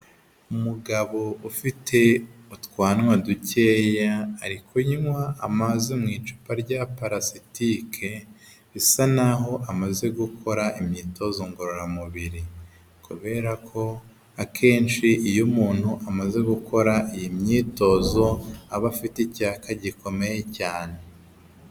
Umugabo ufite utwanwa dukeya ari kunywa amazi mu icupa rya parasitike, bisa nk'aho amaze gukora imyitozo ngororamubiri kubera ko akenshi iyo umuntu amaze gukora iyi imyitozo, aba afite icyaka gikomeye cyane.